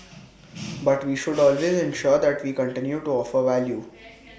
but we should always ensure that we continue to offer value